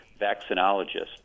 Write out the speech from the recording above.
vaccinologists